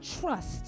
trust